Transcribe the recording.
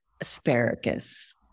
asparagus